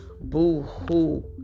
boo-hoo